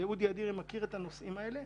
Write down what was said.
וגם אודי אדירי מכיר את הנושא הזה,